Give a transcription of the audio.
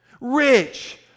rich